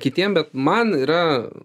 kitiem bet man yra